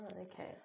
okay